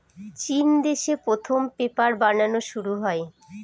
চিন দেশে প্রথম পেপার বানানো শুরু হয়